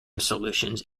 solutions